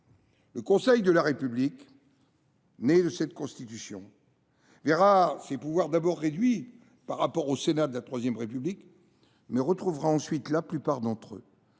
Le Conseil de la République, né de cette Constitution, verra ses pouvoirs d’abord réduits par rapport à ceux du Sénat de la III République, mais il retrouvera ensuite la plupart d’entre eux.